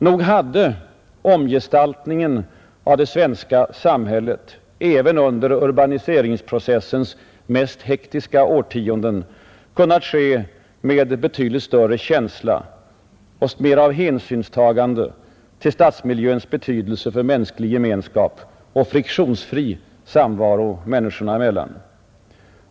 Nog hade omgestaltningen av det svenska samhället även under urbaniseringsprocessens mest hektiska årtionden kunnat ske med betydligt större känsla och med mera hänsynstagande till stadsmiljöns betydelse för mänsklig gemenskap och friktionsfri samvaro människorna emellan.